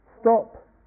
stop